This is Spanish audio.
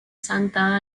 santa